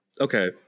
okay